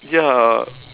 ya